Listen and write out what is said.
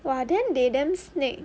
!wah! then they damn snake